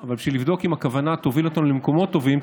אם הכוונה תוביל אותנו למקומות טובים,